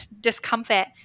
discomfort